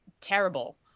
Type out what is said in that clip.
terrible